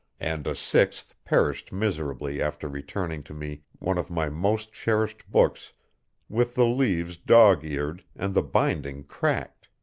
and a sixth perished miserably after returning to me one of my most cherished books with the leaves dog-eared and the binding cracked.